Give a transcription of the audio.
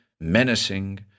menacing